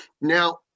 Now